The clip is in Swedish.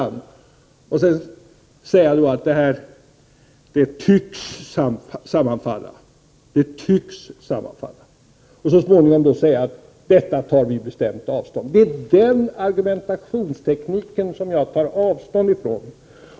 1988/89:129 varandra och säger att det här ”tycks sammanfalla”, och så småningom säger man att ”detta tar vi bestämt avstånd från”. Det är den argumentationstekniken som jag vänder mig mot.